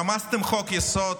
רמסתם חוק-יסוד,